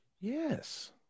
yes